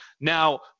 Now